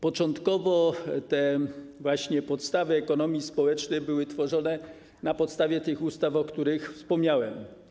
Początkowo podstawy ekonomii społecznej były tworzone na podstawie tych ustaw, o których wspomniałem.